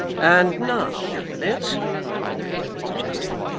and now, willet said mr chester,